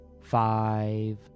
five